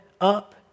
up